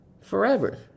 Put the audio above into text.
forever